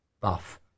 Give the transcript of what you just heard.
buff